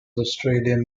australian